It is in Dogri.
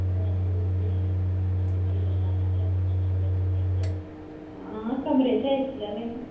हां कमरे इत्थै ऐसी आहले न